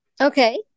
Okay